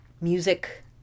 Music